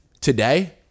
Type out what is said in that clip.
today